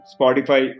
Spotify